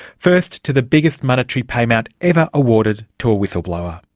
first to the biggest monetary pay amount ever awarded to a whistleblower.